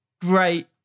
great